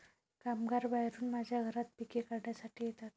कामगार बाहेरून माझ्या घरात पिके काढण्यासाठी येतात